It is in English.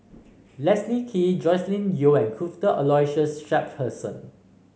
Leslie Kee Joscelin Yeo and Cuthbert Aloysius Shepherdson